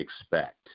expect